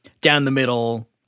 down-the-middle –